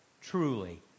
truly